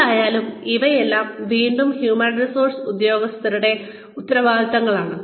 എന്തായാലും ഇവയെല്ലാം വീണ്ടും ഹ്യൂമൻ റിസോഴ്സ് ഉദ്യോഗസ്ഥരുടെ ഉത്തരവാദിത്തങ്ങളാണ്